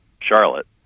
Charlotte